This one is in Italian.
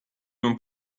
non